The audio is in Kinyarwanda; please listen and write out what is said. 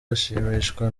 ashimishwa